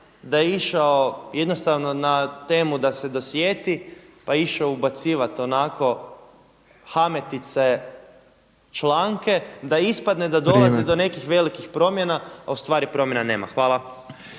da je išao jednostavno na temu da se dosjeti pa je išao ubacivati onako hametice članke da ispadne da dolazi do nekih velikih promjena a ustvari promjena nema. Hvala.